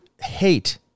hate